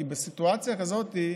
כי בסיטואציה כזאת,